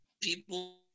people